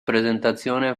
presentazione